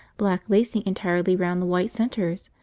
black lacing entirely round the white centres,